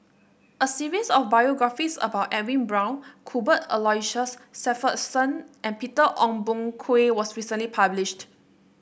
a series of biographies about Edwin Brown Cuthbert Aloysius Shepherdson and Peter Ong Boon Kwee was recently published